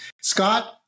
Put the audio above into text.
Scott